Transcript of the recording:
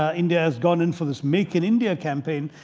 ah india has gone in for this make-in-india campaign.